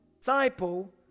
disciple